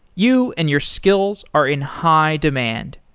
you and your skills are in high demand.